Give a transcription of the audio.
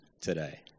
today